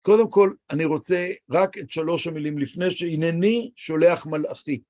קודם כל, אני רוצה רק את שלוש המילים לפני ש"הנני שולח מלאכי".